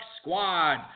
Squad